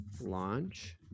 Launch